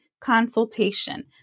consultation